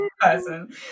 person